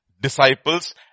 disciples